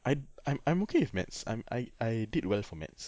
I I'm I'm okay with maths I'm I I did well for maths